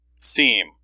Theme